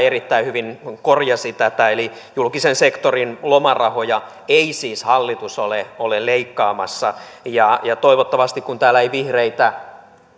erittäin hyvin korjasi tätä eli julkisen sektorin lomarahoja ei siis hallitus ole ole leikkaamassa ja kun täällä ei vihreitä